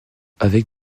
avec